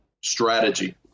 strategy